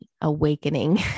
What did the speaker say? awakening